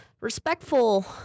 respectful